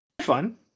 Fun